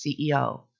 CEO